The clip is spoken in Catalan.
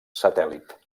satèl·lit